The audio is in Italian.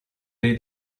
dei